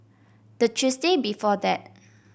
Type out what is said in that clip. the Tuesday before that